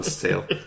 tail